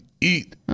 eat